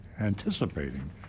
Anticipating